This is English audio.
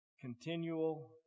Continual